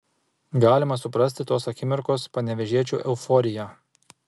galima suprasti tos akimirkos panevėžiečių euforiją